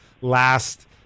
last